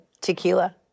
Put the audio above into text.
tequila